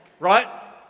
Right